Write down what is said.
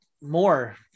more